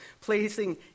placing